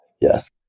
Yes